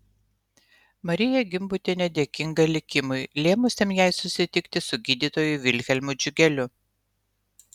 marija gimbutienė dėkinga likimui lėmusiam jai susitikti su gydytoju vilhelmu džiugeliu